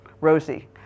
Rosie